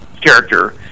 character